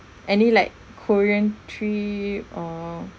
any like korean trip or